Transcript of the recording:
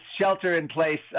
shelter-in-place